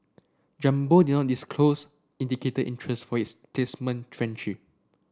jumbo did not disclose indicated interest for its placement tranche